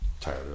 tired